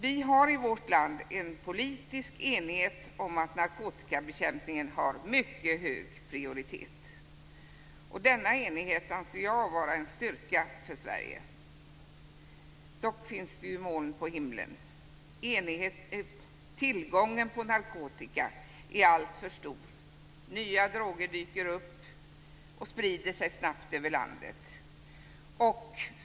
Vi har i vårt land en politiska enighet om att narkotikabekämpningen har mycket hög prioritet. Jag anser denna enighet vara en styrka för Sverige. Dock finns det moln på himlen. Tillgången på narkotika är alltför stor. Nya droger dyker upp och sprider sig snabbt över landet.